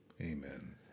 Amen